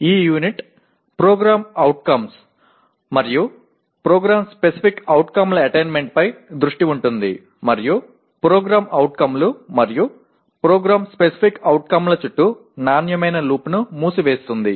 ఈ unit PO లు మరియు PSO ల అటైన్మెంట్ పై దృష్టి ఉంటుంది మరియు PO లు మరియు PSO ల చుట్టూ నాణ్యమైన లూప్ను మూసివేస్తుంది